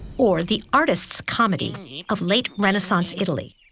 or the artists comedy of late renaissance italy,